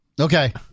Okay